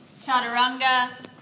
Chaturanga